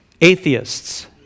atheists